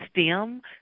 STEM